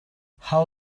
how